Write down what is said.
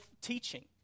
teaching